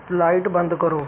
light ਬੰਦ ਕਰੋ